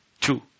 Two